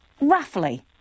Roughly